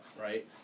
right